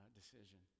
decision